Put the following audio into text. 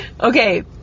Okay